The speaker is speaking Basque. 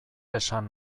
esan